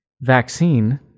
vaccine